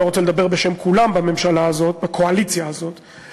אני לא רוצה לדבר בשם כולם בקואליציה הזאת,